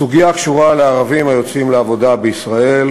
הסוגיה קשורה לערבים היוצאים לעבודה בישראל